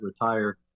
retire